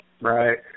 Right